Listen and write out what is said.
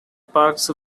parks